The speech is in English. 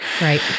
Right